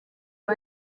aba